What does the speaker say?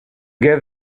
gave